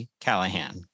Callahan